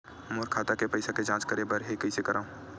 मोर खाता के पईसा के जांच करे बर हे, कइसे करंव?